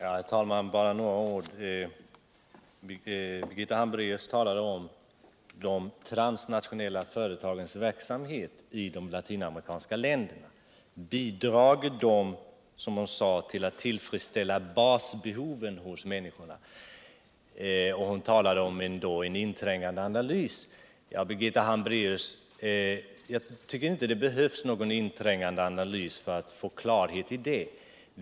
Herr talman! Bara några ord. Birgitta Hambracus talade om de transnationeta företagens verksamhet i de latinamerikanska länderna. Bidrar de, sade hon. till att tillfredsställa basbehoven hos människorna? Hon talade då om en inträngande analys. Nej, Birgitta Hambracus. jag tycker inte det behövs någon inträngande analys för att få klarhet i detta.